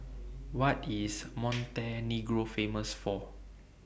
What IS Montenegro Famous For